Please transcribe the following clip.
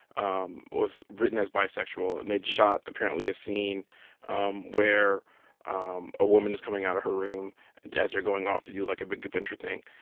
um was written as bisexual. and they'd shot, apparently, a scene um where um a woman is coming out of her room and as they're going off to do like a big adventure thing.